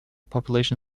population